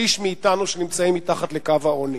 שליש מאתנו שנמצאים מתחת לקו העוני.